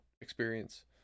experience